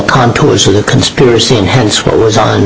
contours of the conspiracy and hence what was on